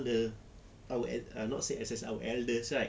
all the our an~ not say ancestors our elders right